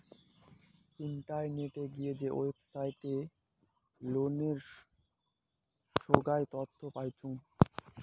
ইন্টারনেটে গিয়ে ওয়েবসাইটে লোনের সোগায় তথ্য পাইচুঙ